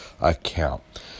account